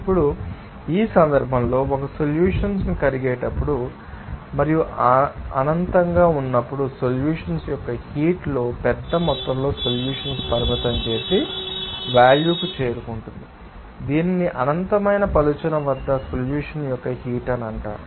ఇప్పుడు ఈ సందర్భంలో ఒక సొల్యూషన్స్ కరిగేటప్పుడు మరియు అనంతంగా ఉన్నప్పుడు సొల్యూషన్స్ యొక్క హీట్ లో పెద్ద మొత్తంలో సొల్యూషన్స్ పరిమితం చేసే వాల్యూ కు చేరుకుంటుంది దీనిని అనంతమైన పలుచన వద్ద సొల్యూషన్స్ యొక్క హీట్ అంటారు